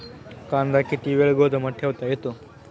कांदा किती वेळ गोदामात ठेवता येतो?